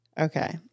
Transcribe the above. Okay